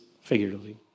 figuratively